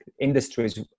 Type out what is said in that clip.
industries